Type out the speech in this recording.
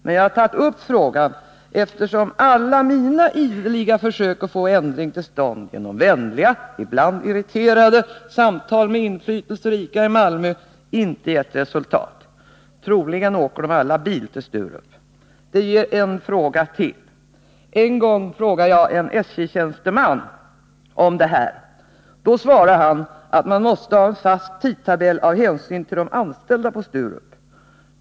Men jag har tagit upp frågan eftersom alla mina ideliga försök att få någon ändring till stånd genom vänliga — ibland irriterade — samtal med de inflytelserika i Malmö inte gett resultat. Troligen åker de alla bil till Sturup. En gång frågade jag en SJ-tjänsteman om detta, och han svarade att man måste ha en fast tidtabell av hänsyn till de anställda på Sturup.